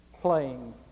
playing